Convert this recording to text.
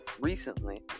recently